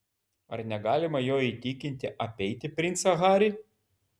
ar negalima jo įtikinti apeiti princą harį